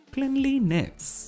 Cleanliness